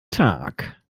tag